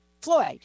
Floyd